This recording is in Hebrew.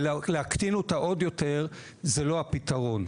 ולהקטין אותה עוד יותר זה לא הפתרון.